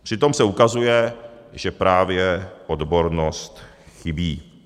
Přitom se ukazuje, že právě odbornost chybí.